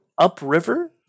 upriver